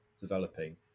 developing